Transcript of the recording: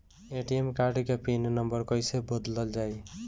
ATM card के pin number कईसे बदलल जाई?